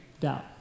doubt